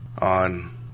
on